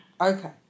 Okay